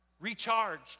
recharged